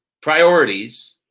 priorities